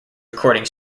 recording